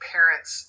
Parents